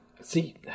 see